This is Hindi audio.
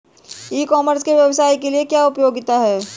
ई कॉमर्स के व्यवसाय के लिए क्या उपयोगिता है?